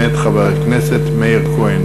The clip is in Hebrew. מאת חבר הכנסת מאיר כהן.